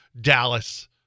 Dallas